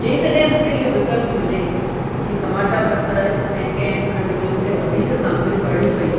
जेकॾहिं मूंखे इहो विकल्प मिले की समाचार पत्र ऐं कंहिं बि खंड में मूंखे वधीक सामग्री पढ़णी पई